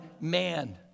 man